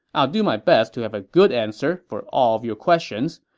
i'll do my best to have a good answer for all your questions,